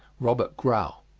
robert grau.